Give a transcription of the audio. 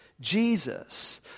Jesus